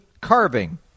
carving